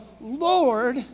Lord